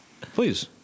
Please